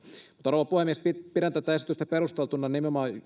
rouva puhemies pidän tätä esitystä perusteltuna nimenomaan